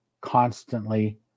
constantly